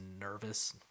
nervous